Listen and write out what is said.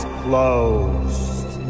closed